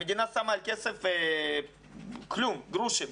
המדינה שמה על כסף כלום, גרושים.